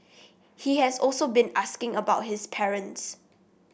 he has also been asking about his parents